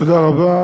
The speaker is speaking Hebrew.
תודה רבה.